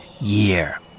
year